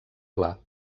pla